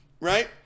right